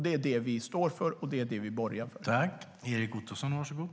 Det är det som vi står för och det som vi borgar för.